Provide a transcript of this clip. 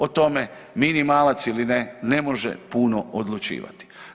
O tome, minimalac ili ne, ne može puno odlučivati.